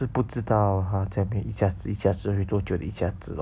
知不知道她在那边一下子一下子会多久一下子 lor